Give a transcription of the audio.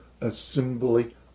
assembly